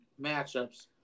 matchups